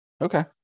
Okay